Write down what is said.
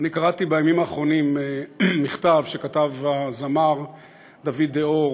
אני קראתי בימים האחרונים מכתב שכתב הזמר דוד ד'אור